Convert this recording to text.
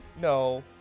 No